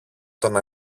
τον